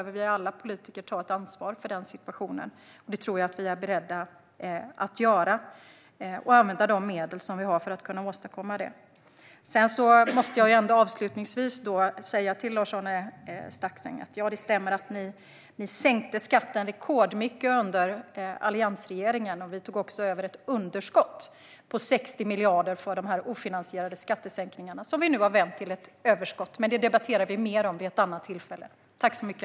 Alla politiker behöver ta ansvar för den situationen. Det tror jag att vi är beredda att göra också. Vi behöver använda de medel vi har för att göra det. Avslutningsvis, Lars-Arne Staxäng, stämmer det att ni sänkte skatten rekordmycket under alliansregeringen. Vi tog också över ett underskott på 60 miljarder för de ofinansierade skattesänkningarna. Det har vi nu vänt till ett överskott. Men det debatterar vi mer vid ett annat tillfälle.